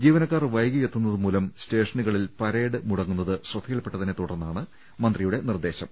ജീവനക്കാർ വൈകിയെത്തുന്നത് മൂലം സ്റ്റേഷനുകളിൽ പരേഡ് മുടങ്ങുന്നത് ശ്രദ്ധയിൽപ്പെ ട്ടതിനെ തുടർന്നാണ് മന്ത്രിയുടെ നിർദ്ദേശം